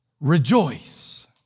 rejoice